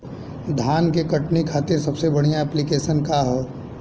धान के कटनी खातिर सबसे बढ़िया ऐप्लिकेशनका ह?